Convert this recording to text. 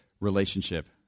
relationship